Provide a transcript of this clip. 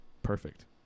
perfect